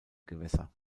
gewässer